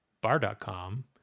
bar.com